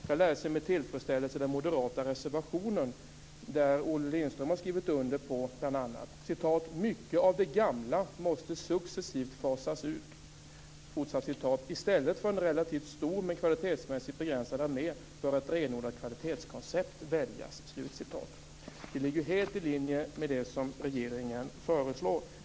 Jag har med tillfredsställelse läst den moderata reservationen, som bl.a. Olle Lindström har skrivit under: "Mycket av det gamla måste successivt fasas ut -." Vidare står det: "I stället för en relativt stor men kvalitetsmässigt begränsad armé bör ett renodlat kvalitetskoncept väljas." Detta ligger helt i linje med det som regeringen föreslår.